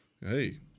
Hey